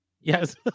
Yes